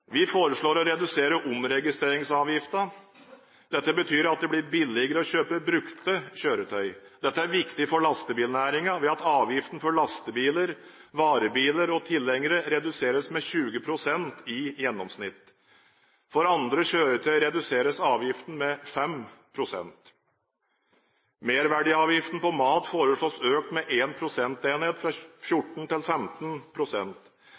Vi foreslår å redusere omregistreringsavgiften. Dette betyr at det blir billigere å kjøpe brukte kjøretøy. Dette er viktig for lastebilnæringen ved at avgiften for lastebiler, varebiler og tilhengere reduseres med 20 pst. i gjennomsnitt. For andre kjøretøy reduseres avgiften med 5 pst. Merverdiavgiften på mat foreslås økt med én prosentenhet fra